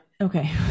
Okay